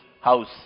house